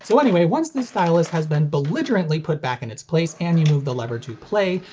so anyway, once the stylus has been belligerently put back in its place, and you move the lever to play,